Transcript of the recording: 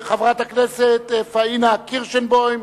חברת הכנסת פניה קירשנבאום,